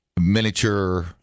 miniature